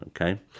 okay